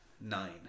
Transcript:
nine